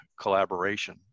collaboration